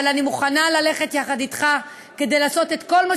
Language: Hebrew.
אבל אני מוכנה ללכת יחד אתך כדי לעשות כל מה